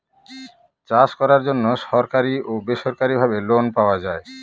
চাষ করার জন্য সরকারি ও বেসরকারি ভাবে লোন পাওয়া যায়